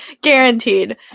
Guaranteed